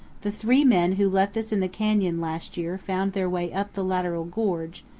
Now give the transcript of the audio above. the three men who left us in the canyon last year found their way up the lateral gorge,